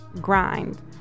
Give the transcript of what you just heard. grind